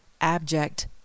Abject